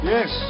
Yes